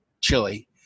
chili